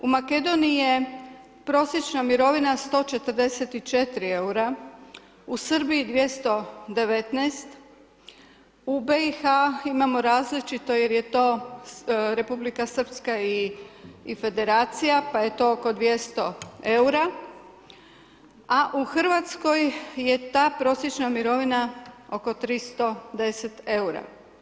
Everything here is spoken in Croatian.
U Makedonije je prosječna mirovina 144 eura, u Srbiju 219, u BIH imamo različito jer je to Republika Srpska i Federacija, pa je to oko 200 eura, a u Hrvatskoj je ta prosječna mirovina oko 310 eura.